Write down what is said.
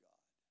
God